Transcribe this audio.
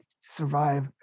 survive